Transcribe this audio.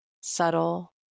subtle